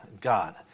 God